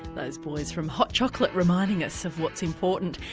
those boys from hot chocolate reminding us of what's important.